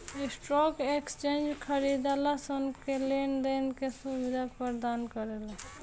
stock exchange खरीदारसन के लेन देन के सुबिधा परदान करेला